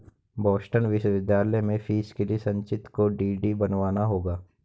Boston विश्वविद्यालय में fees के लिए संचित को डी.डी बनवाना होगा